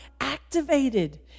activated